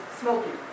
smoky